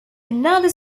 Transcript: another